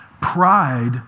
Pride